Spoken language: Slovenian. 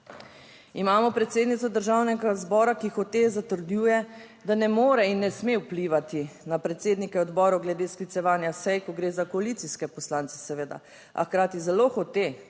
Imamo predsednico Državnega zbora, ki hote zatrjuje, da ne more in ne sme vplivati na predsednike odborov glede sklicevanja sej, ko gre za koalicijske poslance seveda, a hkrati zelo hote